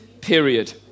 period